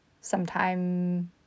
sometime